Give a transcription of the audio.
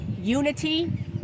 unity